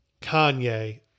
Kanye